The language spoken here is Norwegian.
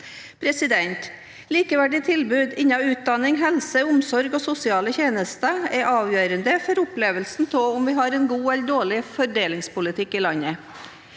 pådriveren. Likeverdige tilbud innen utdanning, helse, omsorg og sosiale tjenester er avgjørende for opplevelsen av om vi har en god eller dårlig fordelingspolitikk i landet.